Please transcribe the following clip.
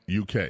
UK